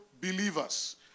believers